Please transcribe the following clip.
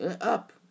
Up